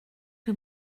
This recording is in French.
que